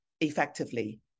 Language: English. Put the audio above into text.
effectively